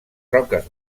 roques